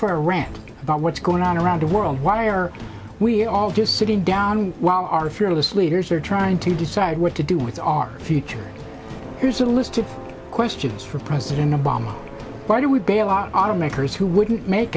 rant about what's going on around the world why are we all just sitting down while our fearless leaders are trying to decide what to do with our future here's a list of questions for president obama why do we bail out auto makers who wouldn't make